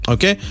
Okay